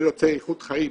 אני רוצה איכות חיים,